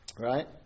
Right